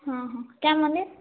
ହଁ ହଁ ମାନେ